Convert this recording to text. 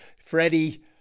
Freddie